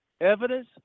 evidence